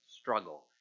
struggle